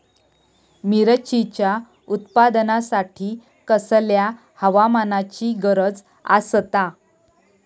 मिरचीच्या उत्पादनासाठी कसल्या हवामानाची गरज आसता?